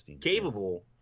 capable